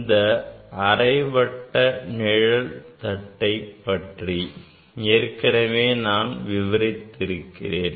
இந்த அரைவட்ட நிழல தட்டைப் பற்றி ஏற்கனவே நான் விவரித்து இருக்கிறேன்